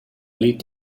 lead